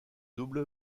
double